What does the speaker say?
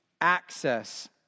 access